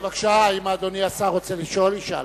אפשר שאלה?